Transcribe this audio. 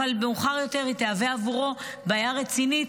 אבל מאוחר יותר היא תהווה עבורו בעיה רצינית.